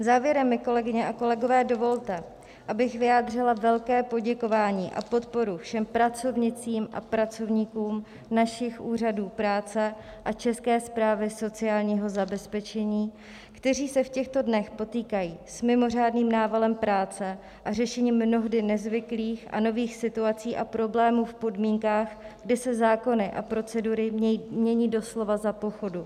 Závěrem mi, kolegyně a kolegové, dovolte, abych vyjádřila velké poděkování a podporu všem pracovnicím a pracovníkům našich úřadů práce a České správě sociálního zabezpečení, kteří se v těchto dnech potýkají s mimořádným návalem práce a řešením mnohdy nezvyklých a nových situací a problémů v podmínkách, kdy se zákony a procedury mění doslova za pochodu.